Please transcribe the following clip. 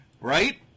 Right